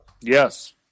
Yes